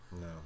No